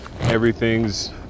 everything's